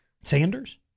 Sanders